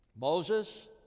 Moses